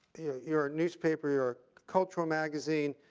your newspaper, your cultural magazine,